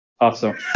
awesome